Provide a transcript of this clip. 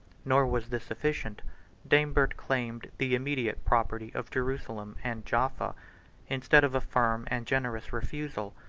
nor was this sufficient daimbert claimed the immediate property of jerusalem and jaffa instead of a firm and generous refusal,